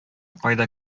кайда